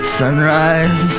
sunrise